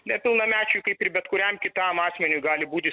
nepilnamečiui kaip ir bet kuriam kitam asmeniui gali būti